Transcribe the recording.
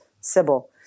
sybil